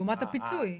לעומת הפיצוי.